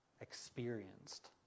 experienced